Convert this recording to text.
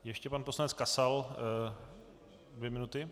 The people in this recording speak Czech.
Ještě pan poslanec Kasal dvě minuty.